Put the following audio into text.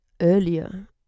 earlier